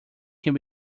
can